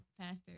faster